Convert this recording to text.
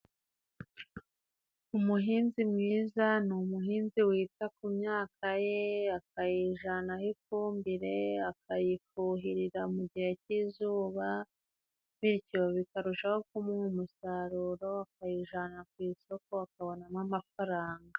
Umuhinzi mwiza ni umuhinzi wita ku myaka ye, akayijanaho ifumbire, akayifuhirira mu gihe cy'izuba, bityo bikarushaho kumuha umusaruro, akayijana ku isoko, akabonamo amafaranga.